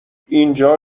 اینجا